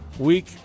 Week